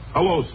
Hello